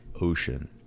ocean